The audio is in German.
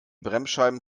bremsscheiben